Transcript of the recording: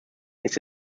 ist